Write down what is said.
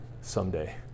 someday